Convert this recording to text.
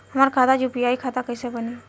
हमार खाता यू.पी.आई खाता कइसे बनी?